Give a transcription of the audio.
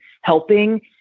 helping